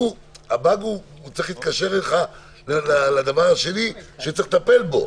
הבאג צריך להתקשר לך לדבר השני שצריך לטפל בו,